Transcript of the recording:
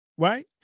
Right